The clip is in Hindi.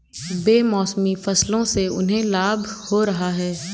बेमौसमी फसलों से उन्हें लाभ हो रहा है